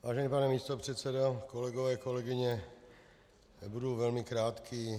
Vážený pane místopředsedo, kolegové a kolegyně, budu velmi krátký.